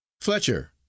Fletcher